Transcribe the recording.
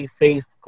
faith